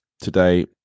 today